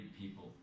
people